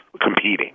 competing